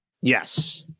Yes